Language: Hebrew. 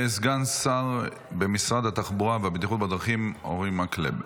סגן השר במשרד התחבורה והבטיחות בדרכים אורי מקלב,